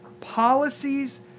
policies